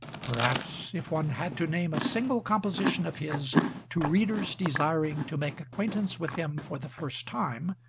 perhaps, if one had to name a single composition of his to readers desiring to make acquaintance with him for the first time,